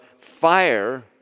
fire